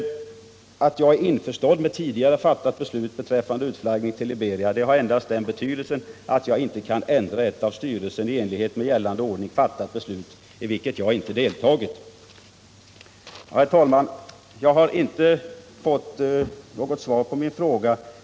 Min förklaring att jag är ”in beria” har endast den betydelsen, att jag inte kan ändra ett av styrelsen i enlighet med gällande ordning fattat beslut, i vilket jag inte deltagit. Torsten Larsson” Herr talman! Jag har inte fått något konkret svar på min fråga.